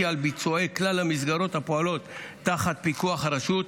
על ביצועי כלל המסגרות הפועלות תחת פיקוח הרשות.